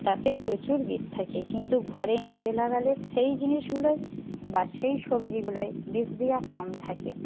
তাতে প্রচুর বিষ থাকে কিন্তু ঘরে নিজে লাগালে সেই জিনিসগুলোয় বা সেই সবজিগুলোয় বিষ দেওয়া কম থাকে